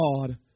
God